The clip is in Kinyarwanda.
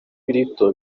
rito